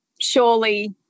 surely